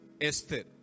Esther